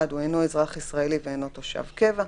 (1) הוא אינו אזרח ישראלי ואינו תושב קבע,